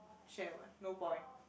share what no point